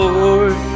Lord